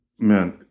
Man